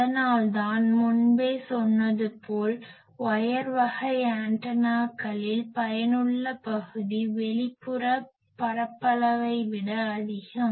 அதனால் தான் முன்பே சொன்னது போல் ஒயர் வகை ஆண்டனாக்களில் பயனுள்ள பகுதி வெளிப்புற பரப்பளவை விட அதிகம்